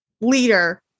leader